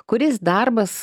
kuris darbas